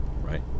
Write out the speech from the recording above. Right